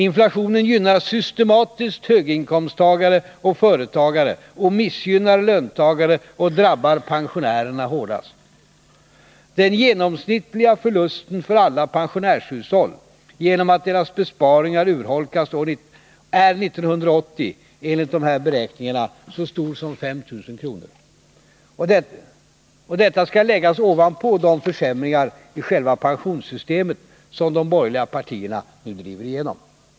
Inflationen gynnar systematiskt höginkomsttagare och företagare, missgynnar löntagare, och drabbar pensionärerna hårdast. Den genomsnittliga förlusten för alla pensionärshushåll, genom att deras besparingar urholkas, är 1980, enligt de här beräkningarna, så stor som 5 000 kr. Och detta skall läggas ovanpå de försämringar i själva pensionssystemet som de borgerliga partierna nu driver igenom.